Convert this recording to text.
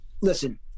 listen